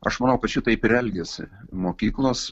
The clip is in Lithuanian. aš manau kad šitaip ir elgiasi mokyklos